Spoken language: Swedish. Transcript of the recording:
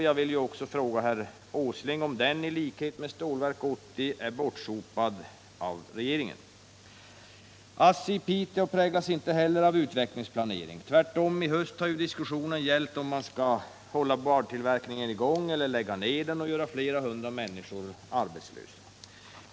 Jag vill också fråga herr Åsling om den fabriken — i likhet med Stålverk 80 — är bortsopad av regeringen. ASSI i Piteå präglas inte heller av utvecklingsplanering — tvärtom. I höst har diskussionen gällt om man skall hålla boardtillverkningen i gång eller lägga ned den och göra flera hundra människor arbetslösa.